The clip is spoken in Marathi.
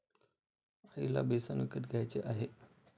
आईला बेसन विकत घ्यायचे आहे